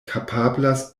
kapablas